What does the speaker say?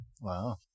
Wow